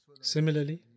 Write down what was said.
Similarly